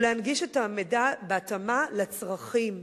ולהנגיש את המידע בהתאמה לצרכים.